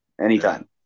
anytime